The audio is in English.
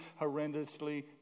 horrendously